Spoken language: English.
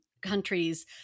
countries